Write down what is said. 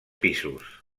pisos